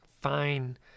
fine